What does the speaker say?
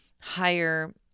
higher